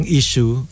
issue